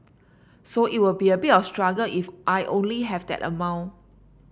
so it will be a bit of a struggle if I only have that amount